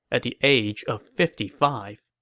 at the age of fifty five